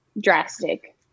drastic